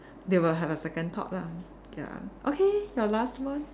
they will have a second thought lah ya okay your last one